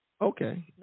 okay